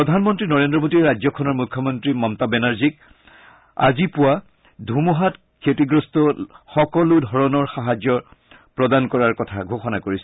প্ৰধানমন্ত্ৰী নৰেন্দ্ৰ মোদীয়ে ৰাজ্যখনৰ মুখ্যমন্ত্ৰী মমতা বেনাৰ্জীক আজি পুৱা ধুমুহাত ক্ষতিগ্ৰস্ত সকলোধৰণৰ সাহায্য প্ৰদান কৰাৰ কথা ঘোষণা কৰিছে